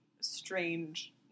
strange